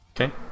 Okay